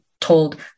told